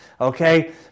okay